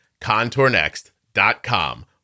Contournext.com